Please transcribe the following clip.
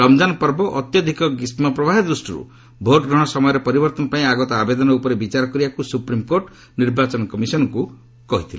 ରମ୍ଜାନ୍ ପର୍ବ ଓ ଅତ୍ୟଧିକ ଗ୍ରୀଷୁ ପ୍ରବାହ ଦୃଷ୍ଟିରୁ ଭୋଟ୍ଗ୍ରହଣ ସମୟରେ ପରିବର୍ତ୍ତନ ପାଇଁ ଆଗତ ଆବେଦନ ଉପରେ ବିଚାର କରିବାକୁ ସୁପ୍ରିମ୍କୋର୍ଟ ନିର୍ବାଚନ କମିଶନ୍କୁ କହିଥିଲେ